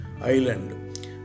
Island